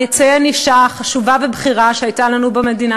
אני אציין אישה חשובה ובכירה שהייתה לנו במדינה,